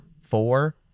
four